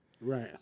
Right